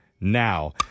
now